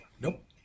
Nope